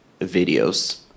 videos